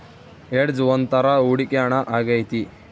hedge ಒಂದ್ ತರ ಹೂಡಿಕೆ ಹಣ ಆಗೈತಿ